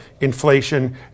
inflation